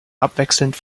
abwechselnd